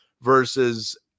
versus